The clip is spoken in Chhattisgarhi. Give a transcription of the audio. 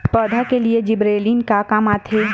पौधा के लिए जिबरेलीन का काम आथे?